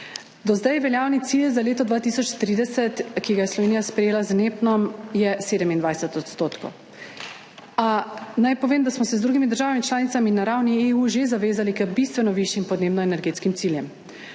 Do zdaj veljavni cilj za leto 2030, ki ga je Slovenija sprejela z NEPN, je 27 %, a naj povem, da smo se z drugimi državami članicami na ravni EU že zavezali k bistveno višjim podnebno-energetskim ciljem.